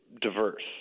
diverse